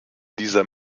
dieser